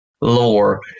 lore